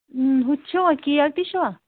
ہُہ تہِ چھُوا کیک تہِ چھُوا